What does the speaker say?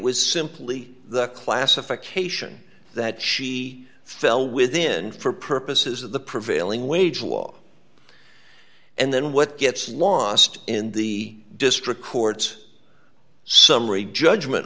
was simply the classification that she fell within for purposes of the prevailing wage law and then what gets lost in the district court's summary judgment